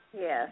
Yes